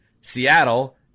Seattle